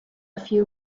few